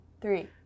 three